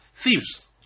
Thieves